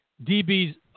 DB's